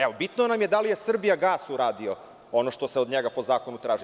Evo, bitno nam je da li je „Srbijagas“ uradio ono što se od njega po zakonu traži.